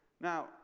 Now